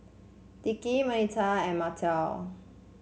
Dickie Bernita and Markell